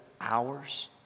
hours